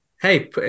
hey